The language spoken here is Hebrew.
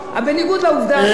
בניגוד לעובדה הזאת,